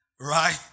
right